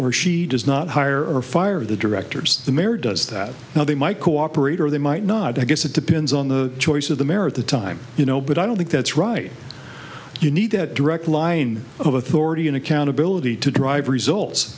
or she does not hire or fire the directors the mayor does that now they might cooperate or they might not i guess it depends on the choice of the merit the time you know but i don't think that's right you need that direct line of authority and accountability to drive results